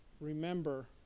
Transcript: remember